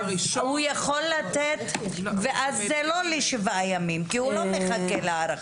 הוא יכול לתת ואז זה לא יהיה לשבעה ימים כי הוא לא מחכה להערכה.